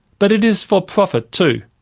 but it is for profit too.